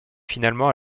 finalement